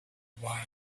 why